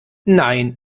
nein